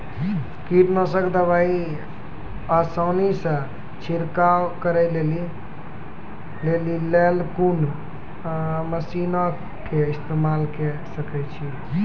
कीटनासक दवाई आसानीसॅ छिड़काव करै लेली लेल कून मसीनऽक इस्तेमाल के सकै छी?